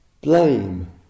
blame